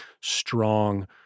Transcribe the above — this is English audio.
strong